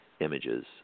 images